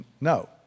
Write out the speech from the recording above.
No